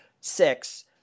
six